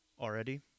Already